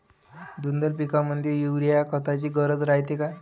द्विदल पिकामंदी युरीया या खताची गरज रायते का?